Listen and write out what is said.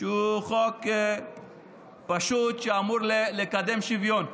שהוא חוק פשוט, שאמור לקדם שוויון.